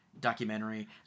documentary